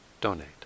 donate